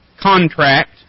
contract